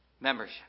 membership